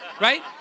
right